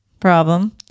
problem